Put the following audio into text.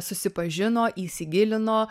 susipažino įsigilino